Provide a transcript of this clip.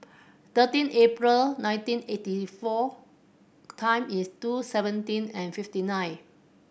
thirteen April nineteen eighty four o time is two seventeen and fifty nine